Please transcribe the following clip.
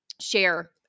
share